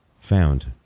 found